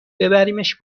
ببریمش